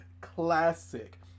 classic